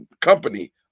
company